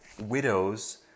widows